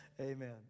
Amen